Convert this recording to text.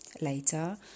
Later